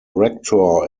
rector